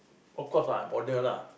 of course lah I'm older lah